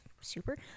super